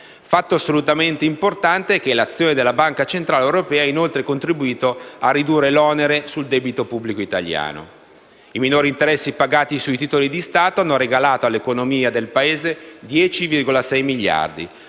Fatto assolutamente importante è che l'azione della Banca centrale europea ha inoltre contribuito a ridurre l'onere sul debito pubblico italiano. I minori interessi pagati sui titoli di Stato hanno regalato all'economia del Paese 10,6 miliardi